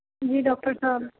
جی doctor صاحب